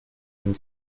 denn